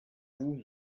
vous